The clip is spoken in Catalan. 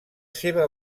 seva